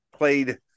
Played